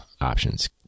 options